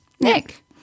Nick